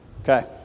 Okay